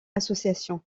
association